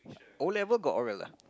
O-level got Oral ah